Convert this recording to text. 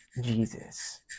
Jesus